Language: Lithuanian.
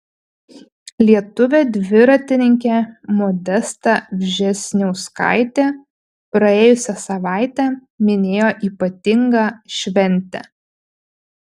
lietuvė dviratininkė modesta vžesniauskaitė praėjusią savaitę minėjo ypatingą šventę